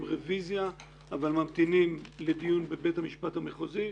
רביזיה אבל ממתינים לדיון בבית המשפט המחוזי,